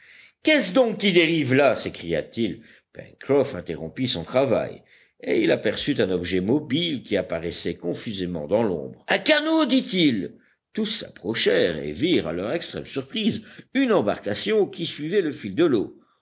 qu'est-ce donc qui dérive là s'écria-t-il pencroff interrompit son travail et il aperçut un objet mobile qui apparaissait confusément dans l'ombre un canot dit-il tous s'approchèrent et virent à leur extrême surprise une embarcation qui suivait le fil de l'eau